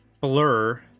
Blur